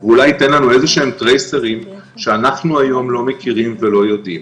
ואולי ייתן לנו איזה שהם טרייסרים שאנחנו היום לא מכירים ולא יודעים.